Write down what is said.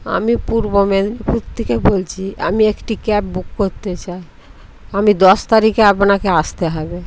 আমি পূর্ব মেদিনীপুর থেকে বলছি আমি একটি ক্যাব বুক করতে চাই আমি দশ তারিখে আপনাকে আসতে হবে